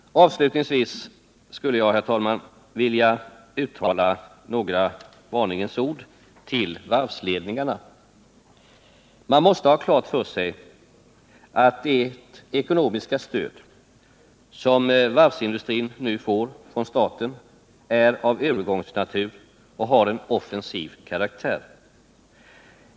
Avslutningsvis skulle jag, herr talman, vilja uttala några varningens ord till varvsledningarna. Man måste ha klart för sig att det ekonomiska stöd som varvsindustrin nu får från staten är av övergångsnatur och har en offensiv karaktär.